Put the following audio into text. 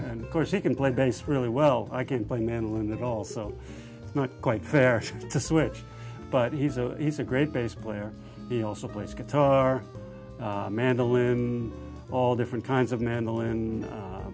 and of course he can play bass really well i can play mandolin that also not quite fair to switch but he's a he's a great bass player he also plays guitar mandolin all different kinds of mandolin